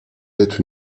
être